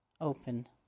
open